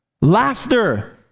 Laughter